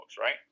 right